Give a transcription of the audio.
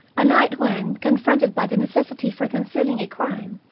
a night when, confronted by the necessity for concealing a crime,